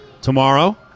tomorrow